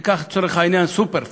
ניקח לצורך העניין את "סופר פארם",